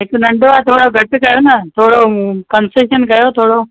हिकु नंढो आहे थोरो घटि कयो न थोरो अ कंसैशन कयो थोरो